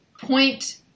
point